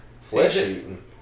flesh-eating